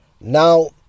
Now